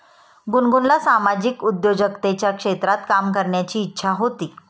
गुनगुनला सामाजिक उद्योजकतेच्या क्षेत्रात काम करण्याची इच्छा होती